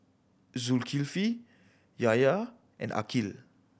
Zulkifli Yahya and Aqil